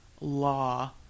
law